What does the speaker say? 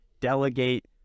delegate